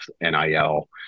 NIL